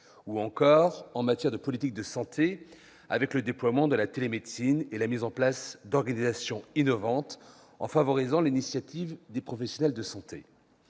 -ou en matière de politique de santé, avec le déploiement de la télémédecine et la mise en place d'organisations innovantes favorisant les initiatives des professionnels de santé.